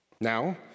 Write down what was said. Now